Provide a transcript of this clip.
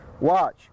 Watch